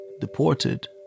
deported